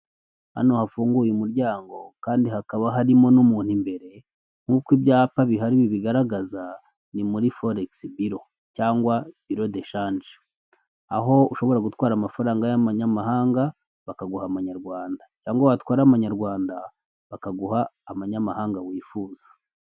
Hano hafunguye umuryango kandi hakaba harimo n'umuntu mbere nkuko' ibyapa bihari bibigaragaza ni muri foregisi biro cyangwa biro deshanje aho ushobora gutwara amafaranga y'amanyamahanga bakaguha amanyarwanda cyangwa watwara amanyarwanda bakaguha amanyamahanga wifuza.